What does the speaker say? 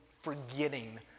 forgetting